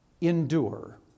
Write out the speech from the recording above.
endure